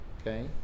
Okay